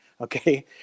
okay